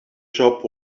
shop